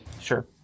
Sure